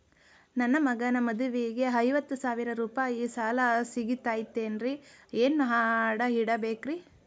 ನನ್ನ ಮಗನ ಮದುವಿಗೆ ಐವತ್ತು ಸಾವಿರ ರೂಪಾಯಿ ಸಾಲ ಸಿಗತೈತೇನ್ರೇ ಏನ್ ಅಡ ಇಡಬೇಕ್ರಿ?